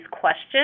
questions